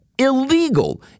Illegal